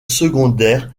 secondaire